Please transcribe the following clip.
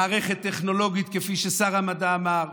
מערכת טכנולוגית, כפי ששר המדע אמר,